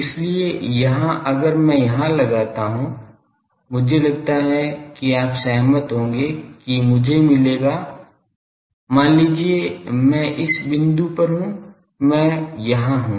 इसलिए यहाँ अगर मैं यहाँ लगता हूँ मुझे लगता है कि आप सहमत होंगे कि मुझे मिलेगा मान लीजिए मैं इस बिंदु पर हूं मैं यहां हूं